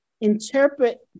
interpret